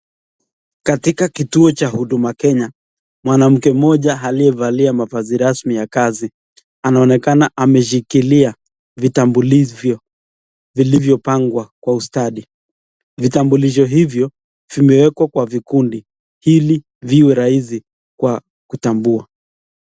Katika kituo cha huduma Kenya, mwanamke mmoja aliyevalia mavazi rasmi ya kazi. Anaonekana ameshikilia vitambulisho vilivyopangwa kwa ustadi. Vitambulisho hivyo vimewekwa kwa vikundi ili viwe rahisi kwa kutambua.